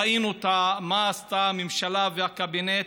ראינו מה עשתה הממשלה, הקבינט,